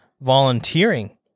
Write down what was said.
volunteering